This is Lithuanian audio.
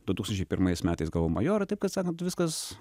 du tūkstančiai pirmais metais gavau majorą taip kad sakant viskas